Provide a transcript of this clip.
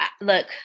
look